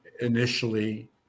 Initially